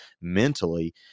mentally